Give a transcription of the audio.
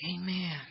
Amen